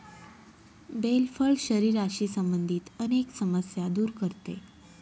bell फळ शरीराशी संबंधित अनेक समस्या दूर करते